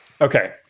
Okay